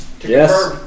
Yes